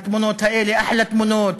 התמונות האלה אחלה תמונות,